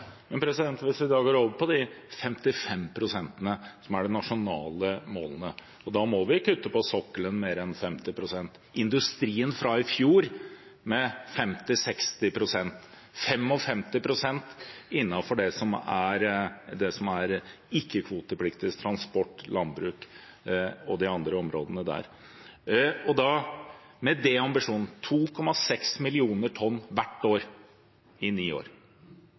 Hvis vi går over på de 55 prosentene, som er de nasjonale målene, må vi kutte mer enn 50 pst. på sokkelen, industrien fra i fjor med 50–60 pst., 55 pst. innenfor det som er ikke-kvotepliktig, transport, landbruk og de andre områdene. Med den ambisjonen, 2,6 mill. tonn hvert år i ni år,